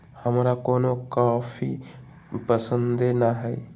हमरा कोनो कॉफी पसंदे न हए